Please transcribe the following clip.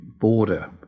border